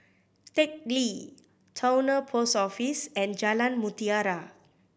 Teck Lee Towner Post Office and Jalan Mutiara